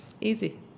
easy